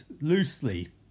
loosely